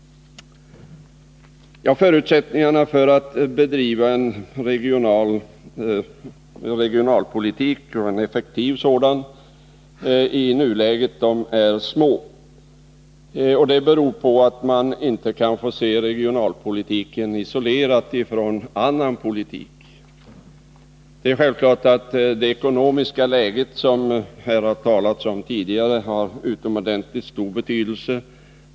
Förutsättningarna i nuläget för att kunna bedriva en effektiv regionalpolitik är små, vilket beror på att man inte kan se regionalpolitiken isolerad från annan politik. Det är självklart att det ekonomiska läget har utomordentligt stor betydelse, vilket också framhållits här tidigare.